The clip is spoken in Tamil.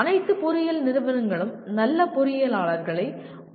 அனைத்து பொறியியல் நிறுவனங்களும் நல்ல பொறியியலாளர்களை உருவாக்க வேண்டும்